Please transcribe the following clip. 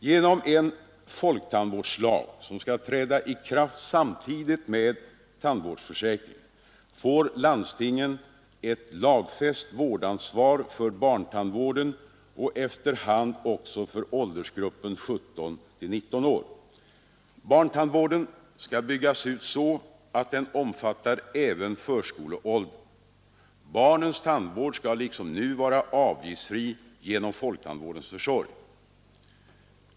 Genom en folktandvårdslag, som skall träda i kraft samtidigt med tandvårdsförsäkringen, får landstingen ett lagfäst vårdansvar för barntandvården och efter hand också för åldersgruppen 17—19 år. Barntandvården skall byggas ut så att den omfattar även förskoleåldern. Barnens tandvård skall liksom nu vara avgiftsfri genom folktandvårdens försorg.